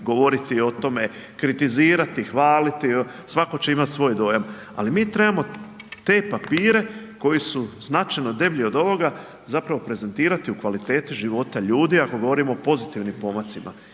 govoriti o tome, kritizirati, hvaliti, svatko će imati svoj dojam. Ali mi trebamo te papire koji su značajno deblji od ovoga zapravo prezentirati u kvaliteti života ljudi ako govorimo o pozitivnim pomacima.